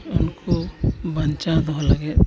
ᱩᱱᱠᱩ ᱵᱟᱧᱪᱟᱣ ᱫᱚᱦᱚ ᱞᱟᱹᱜᱤᱫ